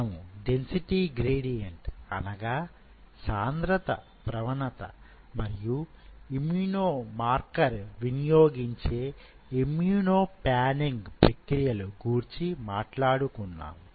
మనము density gradient అనగా సాంద్రత ప్రవణత మరియు ఇమ్మ్యునో మార్కర్ వినియోగించే ఇమ్మ్యునో పాన్నింగ్ ప్రక్రియలు గూర్చి మాట్లాడుకున్నాము